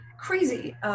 crazy